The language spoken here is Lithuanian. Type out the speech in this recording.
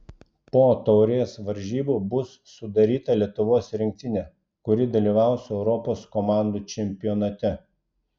po taurės varžybų bus sudaryta lietuvos rinktinė kuri dalyvaus europos komandų čempionate